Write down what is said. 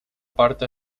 parte